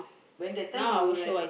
when that time you like that